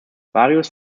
various